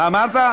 מה אמרת?